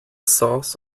sauce